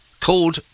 called